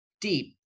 deep